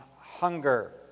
hunger